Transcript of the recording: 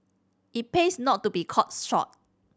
it pays not to be caught short